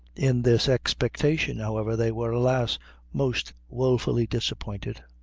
in this expectation, however, they were, alas! most wofully disappointed.